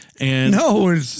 No